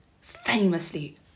famously